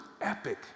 epic